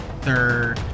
third